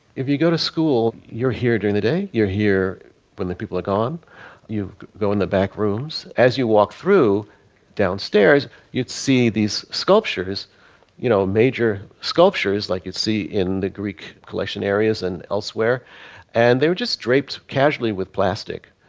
if you go to school. you're here during the day you're here when the people are gone you go in the back rooms as you walk through downstairs you'd see these sculptures you know major sculptures like you'd see in the greek collection areas and elsewhere and they were just draped casually with plastic.